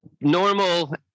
normal